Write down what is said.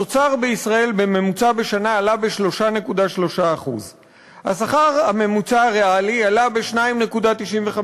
התוצר בישראל בשנה בממוצע עלה ב-3.3%; השכר הממוצע הריאלי עלה ב-2.95%.